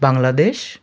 Bangladesh